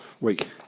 week